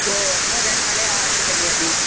ஓ முத நாளே ஆட்ரு பண்ணிர்ணும்